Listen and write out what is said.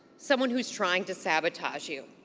someone who's trying to sabotage you,